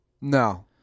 No